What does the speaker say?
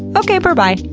okay berbye!